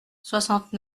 soixante